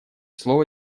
слово